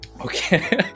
Okay